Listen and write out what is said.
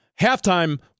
halftime